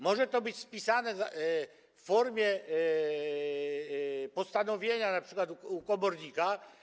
Może to być spisane w formie postanowienia np. u komornika.